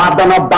um bhola but